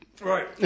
Right